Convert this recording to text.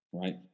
right